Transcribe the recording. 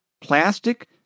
plastic